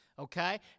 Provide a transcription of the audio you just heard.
okay